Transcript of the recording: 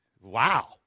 wow